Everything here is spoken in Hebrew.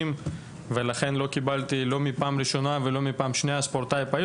ולכן לא קיבלתי מעמד ספורטאי פעיל בפעמים הראשונות שביקשתי זאת.